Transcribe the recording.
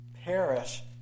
perish